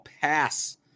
pass